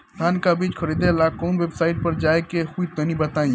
धान का बीज खरीदे ला काउन वेबसाइट पर जाए के होई तनि बताई?